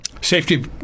Safety